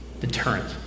deterrent